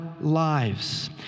lives